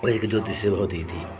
वैदिकज्योतिषः भवति इति